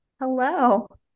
Hello